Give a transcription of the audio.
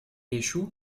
échoue